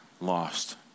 lost